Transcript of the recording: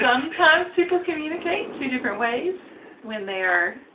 sometimes people communicate two different ways when they are.